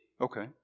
Okay